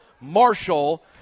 marshall